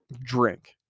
drink